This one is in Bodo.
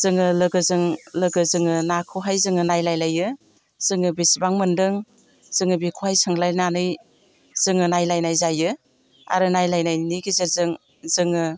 जोङो लोगोजों लोगो जोङो नाखौहाय जोङो नायलाय लायो जोङो बेसेबां मोनदों जोङो बेखौहाय सोंलायनानै जोङो नायलायनाय जायो आरो नायलायनायनि गेजेरजों जोङो